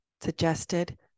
suggested